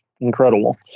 incredible